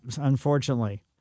unfortunately